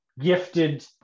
gifted